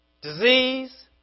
disease